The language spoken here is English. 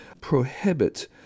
prohibit